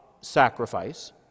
sacrifice